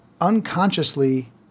unconsciously